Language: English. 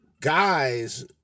Guys